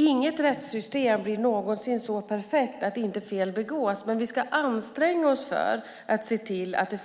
Inget rättssystem blir någonsin så perfekt att fel inte begås, men vi ska anstränga oss för att se till att det